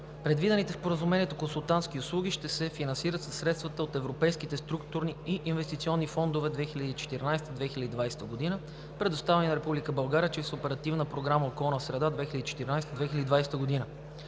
Предвидените в Споразумението консултантски услуги ще се финансират със средства от Европейските структурни и инвестиционни фондове 2014 – 2020 г., предоставени на Република България чрез Оперативна програма „Околна среда 2014 – 2020 г.“.